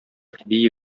әби